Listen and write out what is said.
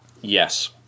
Yes